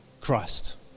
Christ